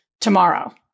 tomorrow